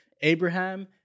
Abraham